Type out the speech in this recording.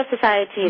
society